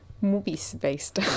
movies-based